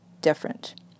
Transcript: different